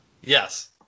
Yes